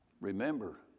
Remember